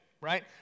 right